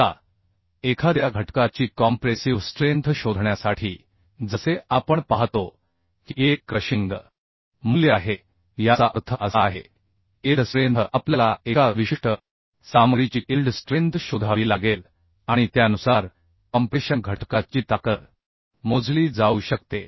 आता एखाद्या घटका ची कॉम्प्रेसिव्ह स्ट्रेंथ शोधण्यासाठी जसे आपण पाहतो की एक क्रशिंग मूल्य आहे याचा अर्थ असा आहे की इल्ड स्ट्रेंथ आपल्याला एका विशिष्ट सामग्रीची इल्ड स्ट्रेंथ शोधावी लागेल आणि त्यानुसार कॉम्प्रेशन घटका ची ताकद मोजली जाऊ शकते